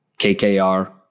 KKR